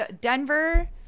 Denver